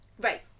right